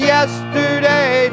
Yesterday